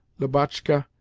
lubotshka,